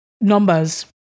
numbers